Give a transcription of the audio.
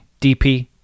DP